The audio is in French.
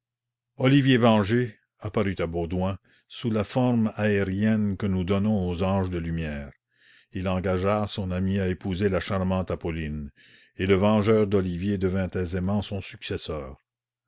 olivier vengé apparut à baudouin sous la forme aérienne que nous donnons aux anges de lumière il engagea son ami à épouser la charmante appolline et le vengeur d'olivier devint aisément son successeur